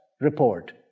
report